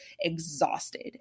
exhausted